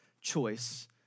choice